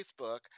Facebook